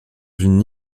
une